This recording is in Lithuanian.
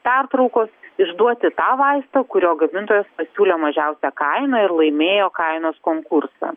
pertraukos išduoti tą vaistą kurio gamintojas pasiūlė mažiausią kainą ir laimėjo kainos konkursą